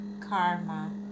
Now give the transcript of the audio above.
Karma